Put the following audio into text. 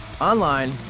online